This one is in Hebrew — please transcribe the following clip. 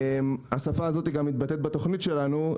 השפה הזאת מתבטאת גם בתכנית שלנו,